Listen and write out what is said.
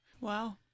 Wow